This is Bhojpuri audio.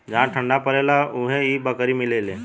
जहा ठंडा परेला उहे इ बकरी मिलेले